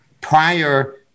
prior